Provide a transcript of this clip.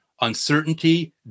uncertainty